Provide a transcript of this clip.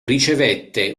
ricevette